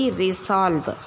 resolve